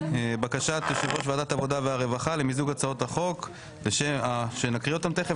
בקשת יושב ראש ועדת העבודה והרווחה למיזוג הצעות החוק שנקריא אותן תיכף,